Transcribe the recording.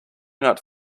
not